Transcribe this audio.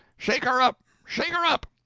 shake her up, shake her up!